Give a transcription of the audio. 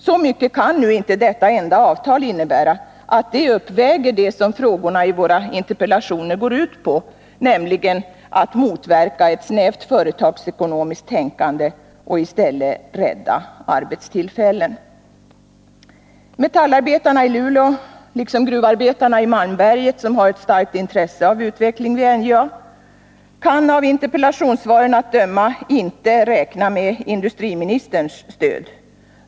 Så mycket kan nu inte detta enda avtal innebära, att det uppväger det som frågorna i våra interpellationer går ut på, nämligen att motverka ett snävt företagsekonomiskt tänkande och i stället rädda arbetstillfällen. Metallarbetarna i Luleå, liksom gruvarbetarna i Malmberget, som har ett Nr 38 starkt intresse av utveckling vid NJA, kan av interpellationssvaren att döma Fredagen den inte räkna med industriministerns stöd.